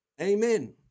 Amen